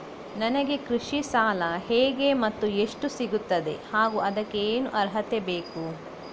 ನನಗೆ ಕೃಷಿ ಸಾಲ ಹೇಗೆ ಮತ್ತು ಎಷ್ಟು ಸಿಗುತ್ತದೆ ಹಾಗೂ ಅದಕ್ಕೆ ಏನು ಅರ್ಹತೆ ಇರಬೇಕು?